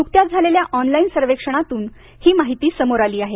नुकत्याच झालेल्या ऑनलाईन सर्वेक्षणातून ही माहिती समोर आली आहे